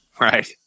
right